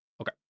Okay